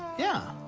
yeah.